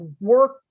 work